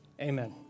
amen